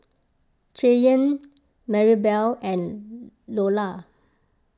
Cheyanne Marybelle and Loula